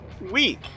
weak